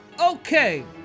okay